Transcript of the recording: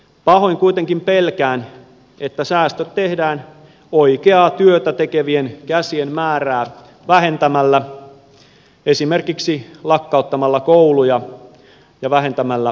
pahoin kuitenkin pelkään että säästöt tehdään oikeaa työtä tekevien käsien määrää vähentämällä esimerkiksi lakkauttamalla kouluja ja vähentämällä hoitopaikkoja